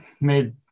made